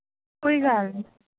ਕੋਈ ਗੱਲ ਨਹੀਂ